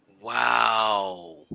Wow